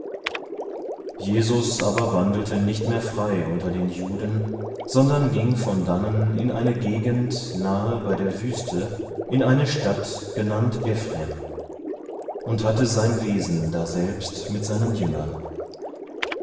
jesus aber wandelte nicht mehr frei unter den juden sondern ging von dannen in eine gegend nahe bei der wüste in eine stadt genannt ephrem und hatte sein wesen daselbst mit seinen jüngern